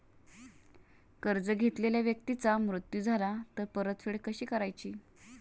कर्ज घेतलेल्या व्यक्तीचा मृत्यू झाला तर परतफेड कशी करायची?